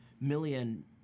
million